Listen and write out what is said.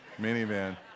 minivan